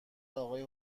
اقای